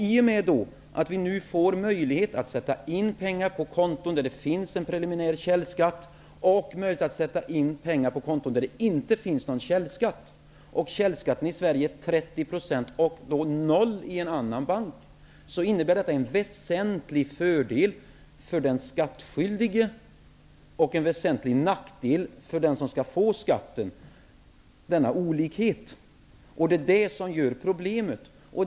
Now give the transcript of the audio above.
I och med att vi nu får möjlighet att sätta in pengar på konton där det finns en preliminär källskatt och på konton där det inte finns någon källskatt, och källskatten är 30 % i Sverige och 0 % i ett annat land, innebär detta en väsentlig fördel för den skattskyldige och en väsentlig nackdel för den som skall få skatten. Det är det som skapar problem.